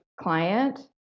client